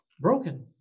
broken